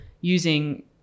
using